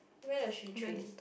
where does she train